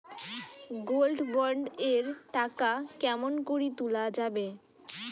Gold bond এর টাকা কেমন করি তুলা যাবে?